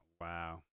Wow